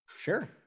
Sure